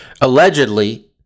Allegedly